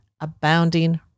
abounding